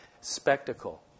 spectacle